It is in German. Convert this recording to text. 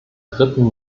dritten